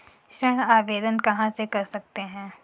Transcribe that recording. ऋण आवेदन कहां से कर सकते हैं?